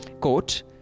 quote